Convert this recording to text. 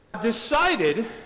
decided